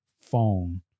phone